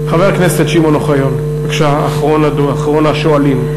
חבר הכנסת שמעון אוחיון, אחרון השואלים.